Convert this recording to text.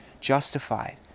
justified